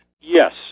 Yes